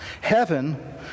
heaven